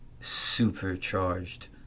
supercharged